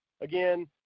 again –